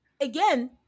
Again